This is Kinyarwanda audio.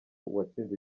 uwatsinze